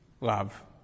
Love